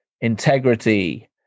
integrity